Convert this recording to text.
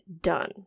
done